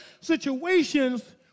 situations